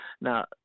Now